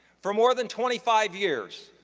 for more than twenty five years,